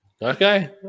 Okay